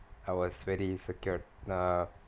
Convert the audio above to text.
I was very secured err